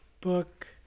book